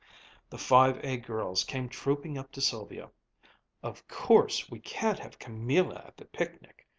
the five a girls came trooping up to sylvia of course we can't have camilla at the picnic.